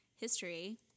history